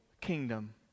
kingdom